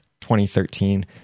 2013